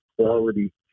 quality